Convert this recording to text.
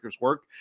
work